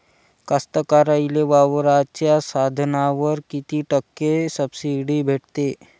कास्तकाराइले वावराच्या साधनावर कीती टक्के सब्सिडी भेटते?